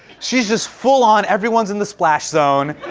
she just full on-everyone's in the splash zone